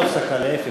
לא הפסקה, להפך.